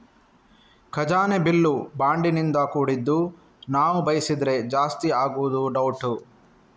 ಖಜಾನೆ ಬಿಲ್ಲು ಬಾಂಡಿನಿಂದ ಕೂಡಿದ್ದು ನಾವು ಬಯಸಿದ್ರೆ ಜಾಸ್ತಿ ಆಗುದು ಡೌಟ್